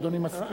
אדוני מסכים?